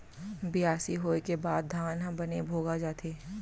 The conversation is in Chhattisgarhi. बियासी होय के बाद धान ह बने भोगा जाथे